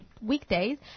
weekdays